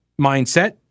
mindset